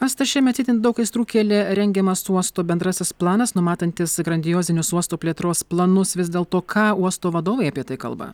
asta šiemet itin daug aistrų kėlė rengiamas uosto bendrasis planas numatantis grandiozinius uosto plėtros planus vis dėlto ką uosto vadovai apie tai kalba